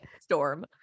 Storm